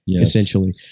essentially